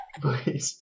Please